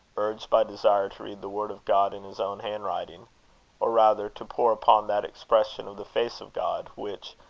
urged by desire to read the word of god in his own handwriting or rather, to pore upon that expression of the face of god, which,